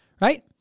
right